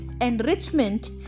enrichment